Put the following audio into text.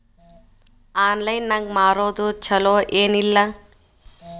Online ನಾಗ್ ಮಾರೋದು ಛಲೋ ಏನ್ ಇಲ್ಲ?